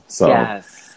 Yes